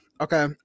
Okay